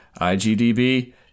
IGDB